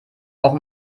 auch